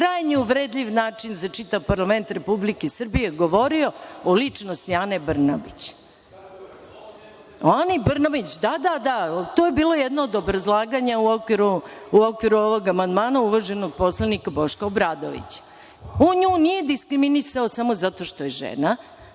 krajnje uvredljiv način za čitav parlament Republike Srbije govorio o ličnosti Ane Brnabić. Da, da, to je bilo jedno od obrazlaganja u okviru ovog amandmana uvaženog poslanika Boška Obradovića. On nju nije diskriminisao samo zato što je žena,